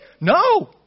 No